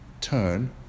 turn